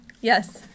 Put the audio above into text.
Yes